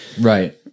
Right